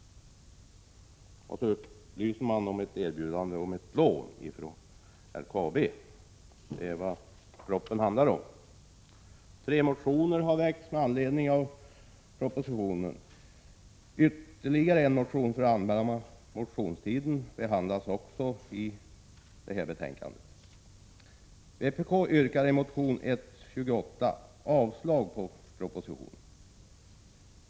Vidare upplyser man om ett erbjudande om ett lån från LKAB. Det är vad propositionen handlar om. Tre motioner har, som sagt, väckts med anledning av propositionen. Ytterligare en motion från den allmänna motionstiden behandlas också i detta betänkande. I motion 128 yrkar vpk avslag på propositionen.